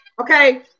Okay